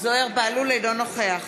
אינו נוכח